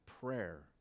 Prayer